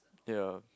ya